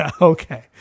Okay